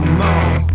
more